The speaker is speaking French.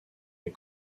les